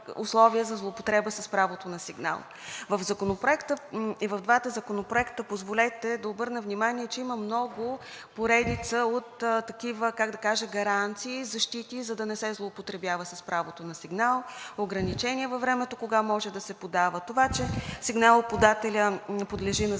за злоупотреба с правото на сигнал. И в двата законопроекта, позволете да обърна внимание, че има много, поредица от такива, как да кажа, гаранции, защити, за да не се злоупотребява с правото на сигнал, ограничения във времето кога може да се подава, това, че сигналоподателят не подлежи на